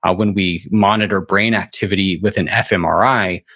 ah when we monitor brain activity with an fmri,